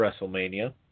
wrestlemania